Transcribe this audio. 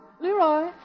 Leroy